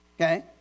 Okay